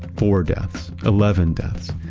four deaths, eleven deaths.